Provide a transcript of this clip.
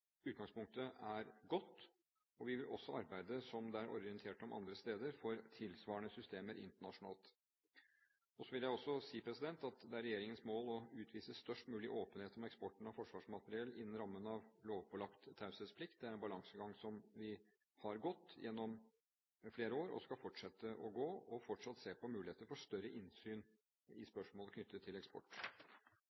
Utgangspunktet er godt, og vi vil også arbeide, som det er orientert om, andre steder for tilsvarende systemer internasjonalt. Så vil jeg også si at det er regjeringens mål å utvise størst mulig åpenhet om eksporten av forsvarsmateriell innen rammen av lovpålagt taushetsplikt. Det er en balansegang som vi har gått gjennom flere år, og skal fortsette å gå, og vi skal fortsatt se på muligheter for større innsyn i